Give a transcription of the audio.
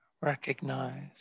recognize